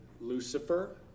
Lucifer